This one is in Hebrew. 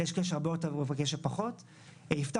יש כאלה שהרבה יותר ויש שפחות; יפתח